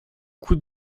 coup